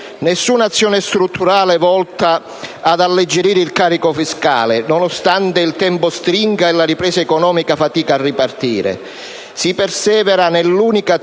nessuna azione strutturale volta ad alleggerire il carico fiscale, nonostante il tempo stringa e la ripresa economica fatichi a ripartire. Si persevera nell'unica attività